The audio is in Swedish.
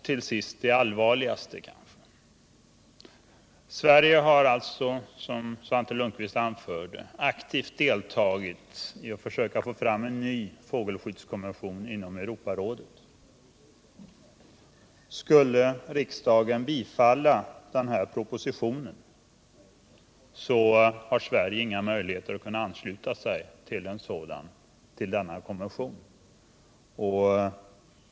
Till sist det kanske allvarligaste: Sverige har, som Svante Lundkvist anförde, aktivt deltagit i att inom Europarådet försöka få fram en ny fågelskyddskonvention. Skulle riksdagen bifalla den här propositionen har Sverige inga möjligheter att ansluta sig till denna konvention.